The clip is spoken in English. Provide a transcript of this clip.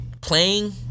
playing